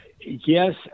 Yes